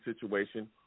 situation